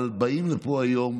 אבל באים לפה היום